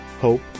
hope